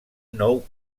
nou